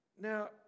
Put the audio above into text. Now